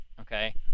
Okay